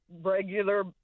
regular